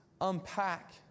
unpack